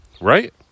right